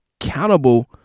accountable